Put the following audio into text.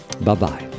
Bye-bye